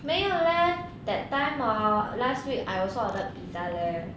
没有 leh that time hor last week I also order pizza leh